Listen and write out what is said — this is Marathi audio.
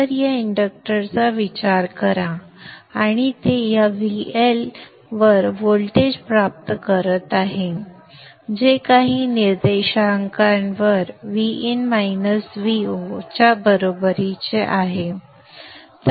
तर या इंडक्टरचा विचार करा आणि ते या VL वर व्होल्टेज प्राप्त करत आहे जे काही निर्देशांकावर Vin Vo च्या बरोबरीचे आहे